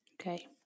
Okay